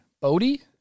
Bodie